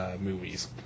movies